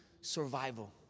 survival